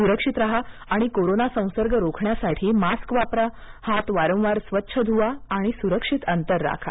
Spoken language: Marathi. सुरक्षित राहा आणि कोरोना संसर्ग रोखण्यासाठी मास्क वापरा हात वारंवार स्वच्छ धुवा सुरक्षित अंतर ठेवा